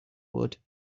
wood